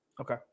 Okay